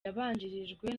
yabanjirijwe